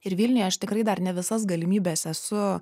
ir vilniuje aš tikrai dar ne visas galimybes esu